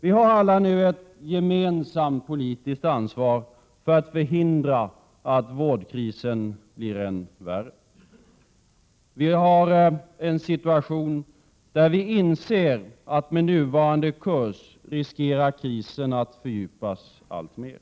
Vi har alla ett gemensamt politiskt ansvar för att förhindra att vårdkrisen blir än värre. Vi har en situation där vi inser att krisen med nuvarande kurs riskerar att fördjupas alltmer.